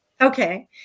okay